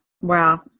wow